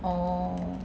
orh